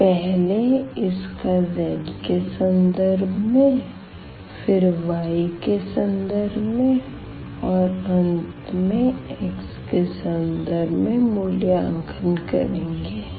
तो पहले इसका z के सन्दर्भ में फिर y के सन्दर्भ में और अंत में x के सन्दर्भ में मूल्यांकन करेंगे